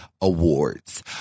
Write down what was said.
awards